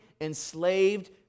enslaved